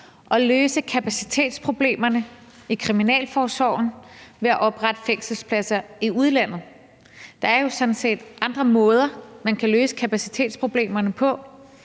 at løse kapacitetsproblemerne i kriminalforsorgen ved at oprette fængselspladser i udlandet. Der er jo sådan set andre måder, man kan løse kapacitetsproblemerne på,